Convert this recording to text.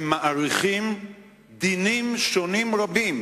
הם מאריכים דינים שונים רבים